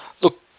Look